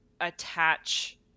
attach